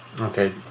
Okay